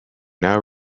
now